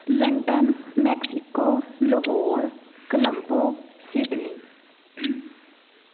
London Mexico Lahore Colombo Sydney